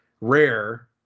rare